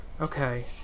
Okay